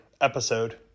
episode